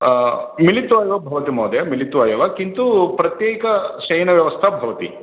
मिलित्वा एव भवतु महोदय मिलित्वा एव किन्तु प्रत्येक शयनव्यवस्था भवति